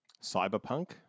cyberpunk